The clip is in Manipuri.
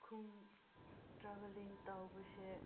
ꯈꯨꯟ ꯇ꯭ꯔꯥꯕꯦꯜꯂꯤꯡ ꯇꯧꯕꯁꯦ